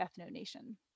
ethno-nation